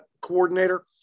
coordinator